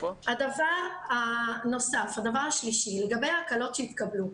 הדבר השלישי, לגבי ההקלות שהתקבלו,